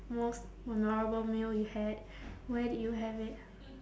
most memorable meal you had where did you have it